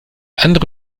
andere